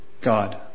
God